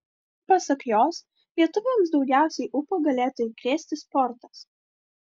pasak jos lietuviams daugiausiai ūpo galėtų įkrėsi sportas